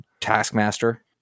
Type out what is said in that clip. taskmaster